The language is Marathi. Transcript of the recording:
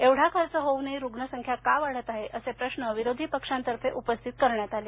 एवढा खर्च होऊनही रुग्ण संख्या का वाढत आहे असे प्रश्न विरोधी पक्षांतर्फे उपस्थित करण्यात आले